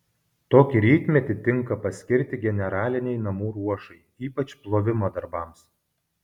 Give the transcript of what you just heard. tokį rytmetį tinka paskirti generalinei namų ruošai ypač plovimo darbams